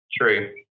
True